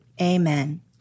Amen